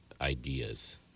ideas